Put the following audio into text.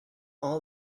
all